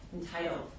entitled